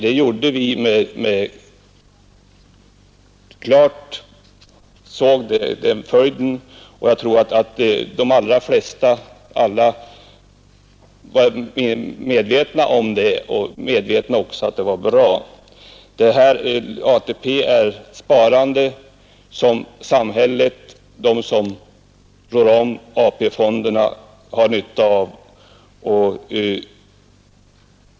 Att detta skulle bli följden var nog de allra flesta klart medvetna om liksom om att det var till fördel genom att ATP är ett sparande som samhället och de som rår om AP-fonderna har nytta av.